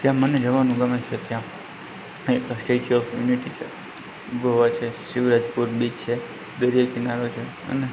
ત્યાં મને જવાનું ગમે છે ત્યાં એક સ્ટેચ્યુ ઓફ યુનિટી છે ગોવા છે શિવરાજપુર બીચ છે દરિયાકિનારો છે અને